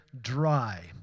dry